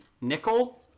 Nickel